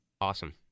Awesome